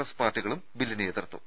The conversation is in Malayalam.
എസ് പാർട്ടികൾ ബില്പിനെ എതിർത്തു